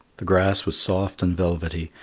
the grass was soft and velvety,